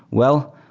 well,